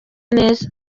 neza